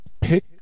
pick